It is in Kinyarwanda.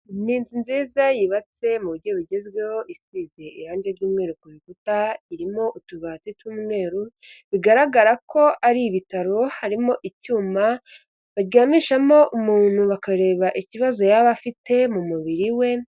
Ni inzu nziza yubatse mu buryo bugezweho isize irangi ry'umweru ku bikuta, irimo utubati tw'umweru bigaragara ko ari ibitaro, harimo icyuma baryamishamo umuntu bakareba ikibazo yaba afite mu mubiri we.